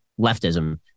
leftism